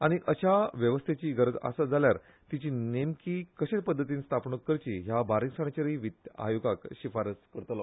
आनीक अशा वेवस्थेची गरज आसत जाल्यार तिची नेमकी कशे पद्दतीन स्थापणूक करची ह्या बारीकसाणीचेरय वित्त आयोगाक शिफारस करतलो